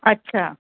अछा